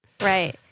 Right